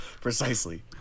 precisely